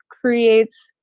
creates